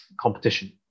competition